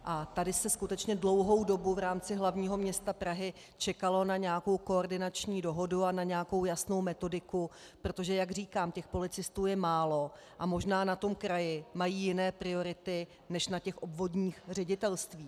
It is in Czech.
A tady se skutečně dlouhou dobu v rámci hlavního města Prahy čekalo na nějakou koordinační dohodu a na nějakou jasnou metodiku, protože jak říkám, těch policistů je málo a možná na tom kraji mají jiné priority než na těch obvodních ředitelstvích.